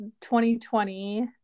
2020